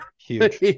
Huge